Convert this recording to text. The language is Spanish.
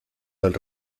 del